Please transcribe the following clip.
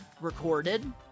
recorded